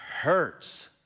hurts